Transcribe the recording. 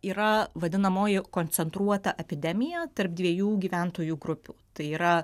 yra vadinamoji koncentruota epidemija tarp dviejų gyventojų grupių tai yra